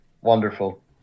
Wonderful